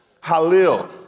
Halil